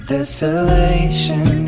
Desolation